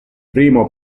primo